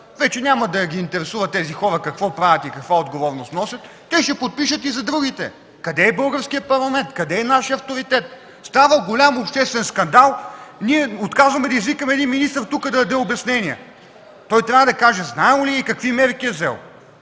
вече няма да ги интересува тези хора какво правят и каква отговорност носят, те ще подпишат и за другите. Къде е българският парламент? Къде е нашият авторитет? Става голям обществен скандал, а ние отказваме да извикаме тук един министър да даде обяснение. Той трябва да каже знаел ли е и какви мерки е взел.